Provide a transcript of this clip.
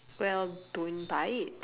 well don't buy it